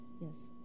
Yes